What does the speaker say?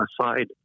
Aside